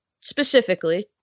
specifically